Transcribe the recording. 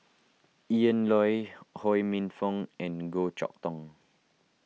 Ian Loy Ho Minfong and Goh Chok Tong